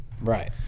Right